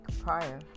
prior